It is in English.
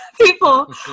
people